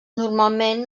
normalment